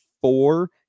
four